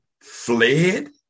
fled